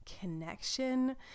connection